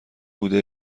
بوده